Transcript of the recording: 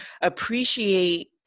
appreciate